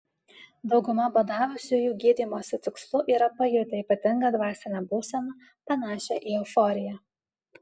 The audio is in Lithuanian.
dauguma badavusiųjų gydymosi tikslu yra pajutę ypatingą dvasinę būseną panašią į euforiją